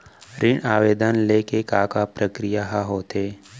ऋण आवेदन ले के का का प्रक्रिया ह होथे?